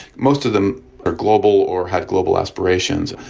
most of them are global or had global aspirations.